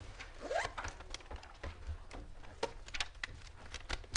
הישיבה ננעלה בשעה 11:00.